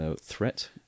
threat